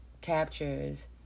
captures